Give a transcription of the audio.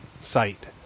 site